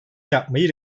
yapmayı